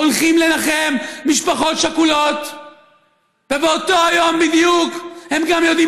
הולכים לנחם משפחות שכולות ובאותו יום בדיוק הם גם יודעים